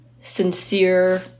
sincere